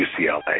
UCLA